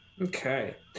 okay